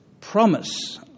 promise